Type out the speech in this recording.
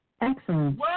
Excellent